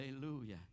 Hallelujah